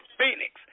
Phoenix